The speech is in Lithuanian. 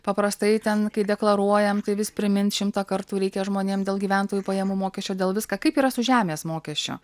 paprastai ten kai deklaruojam tai vis primint šimtą kartų reikia žmonėm dėl gyventojų pajamų mokesčio dėl viską kaip yra su žemės mokesčiu